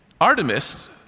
Artemis